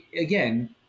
again